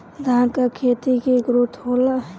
धान का खेती के ग्रोथ होला?